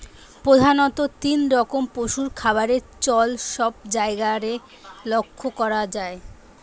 প্রধাণত তিন রকম পশুর খাবারের চল সব জায়গারে লক্ষ করা যায়